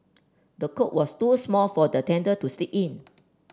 the cot was too small for the tender to sleep in